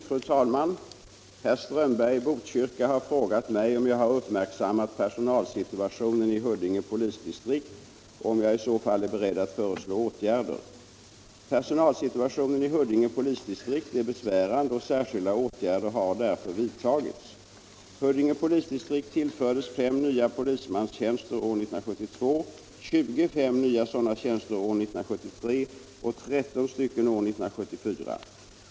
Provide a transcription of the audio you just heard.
Fru talman! Herr Strömberg i Botkyrka har frågat mig om jag har uppmärksammat personalsituationen i Huddinge polisdistrikt och om jag i så fall är beredd att föreslå åtgärder. Personalsituationen i Huddinge polisdistrikt är besvärande, och särskilda åtgärder har därför vidtagits. Huddinge polisdistrikt tillfördes 5 nya polismanstjänster år 1972, 25 nya sådana tjänster år 1973 och 13 stycken år 1974.